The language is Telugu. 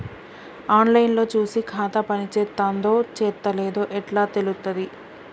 ఆన్ లైన్ లో చూసి ఖాతా పనిచేత్తందో చేత్తలేదో ఎట్లా తెలుత్తది?